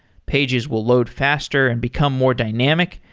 pages will load faster and become more dynamic.